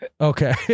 Okay